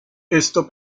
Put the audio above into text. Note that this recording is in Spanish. esto